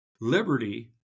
Liberty